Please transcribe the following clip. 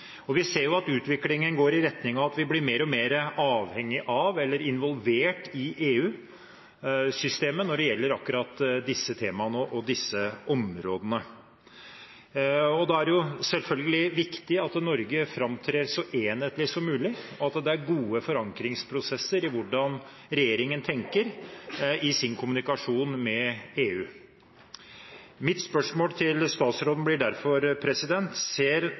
Vi ser at utviklingen går i retning av at vi blir mer og mer avhengig av, eller involvert i, EU-systemet når det gjelder akkurat disse temaene og disse områdene. Da er det selvfølgelig viktig at Norge framtrer så enhetlig som mulig, og at det er gode forankringsprosesser i hvordan regjeringen tenker i sin kommunikasjon med EU. Mitt spørsmål til statsråden blir derfor: Ser